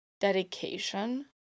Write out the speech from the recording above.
dedication